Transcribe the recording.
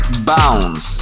Bounce